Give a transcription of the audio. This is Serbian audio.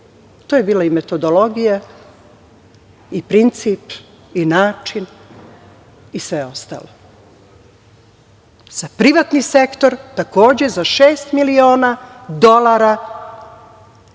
To je bila i metodologija i princip i način i sve ostalo. Za privatni sektor takođe za šest miliona dolara